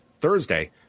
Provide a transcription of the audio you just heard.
Thursday